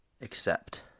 accept